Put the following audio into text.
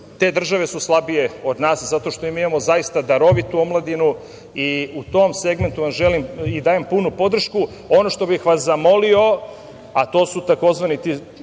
te države su slabije od nas, zato što mi imamo zaista darovitu omladinu. I u tom segmentu vam želim i dajem punu podršku. Ono što bih vas zamolio, a to su tzv. ti